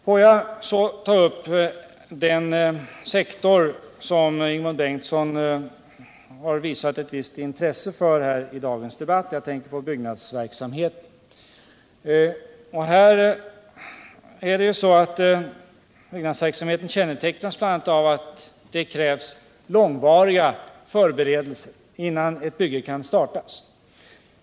Får jag så ta upp den sektor som Ingemund Bengtsson har visat ett visst intresse för i dagens debatt, byggnadsverksamheten. Denna verksamhet kännetecknas bl.a. av att det krävs långvariga förberedelser innan ett bygge kan startas.